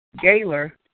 Gaylor